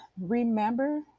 Remember